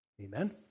Amen